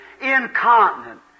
incontinent